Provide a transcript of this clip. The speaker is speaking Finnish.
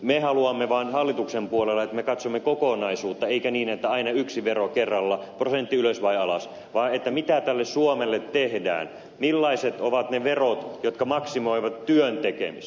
me haluamme vaan hallituksen puolella että me katsomme kokonaisuutta eikä niin että aina yksi vero kerrallaan prosentti ylös vai alas vaan mitä tälle suomelle tehdään millaiset ovat ne verot jotka maksimoivat työn tekemisen